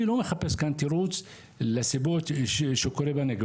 אני לא מחפש כאן תירוץ לסיבות למה שקורה בנגב.